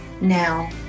now